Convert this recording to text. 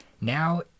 Now